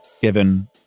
given